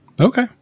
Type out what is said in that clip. Okay